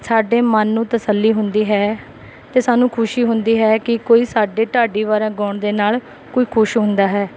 ਸਾਡੇ ਮਨ ਨੂੰ ਤਸੱਲੀ ਹੁੰਦੀ ਹੈ ਅਤੇ ਸਾਨੂੰ ਖੁਸ਼ੀ ਹੁੰਦੀ ਹੈ ਕਿ ਕੋਈ ਸਾਡੇ ਢਾਡੀ ਵਾਰਾਂ ਗਾਉਣ ਦੇ ਨਾਲ ਕੋਈ ਖੁਸ਼ ਹੁੰਦਾ ਹੈ